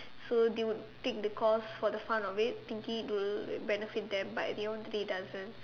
so they would take the course for the fun of it thinking it will benefit them but at the end of the day it doesn't